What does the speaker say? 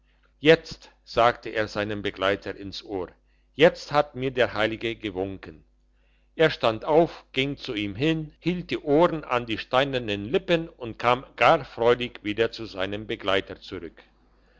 jetzt sagte er seinem begleiter ins ohr jetzt hat mir der heilige gewunken er stand auf ging zu ihm hin hielt die ohren an die steinernen lippen und kam gar freudig wieder zu seinem begleiter zurück